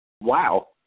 Wow